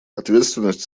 ответственность